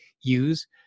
use